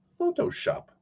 Photoshop